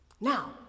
Now